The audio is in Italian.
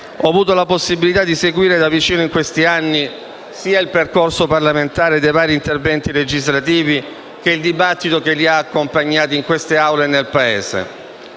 ho avuto la possibilità di seguire da vicino in questi anni il percorso parlamentare dei vari interventi legislativi e il dibattito che li ha accompagnati in queste Aule e nel Paese.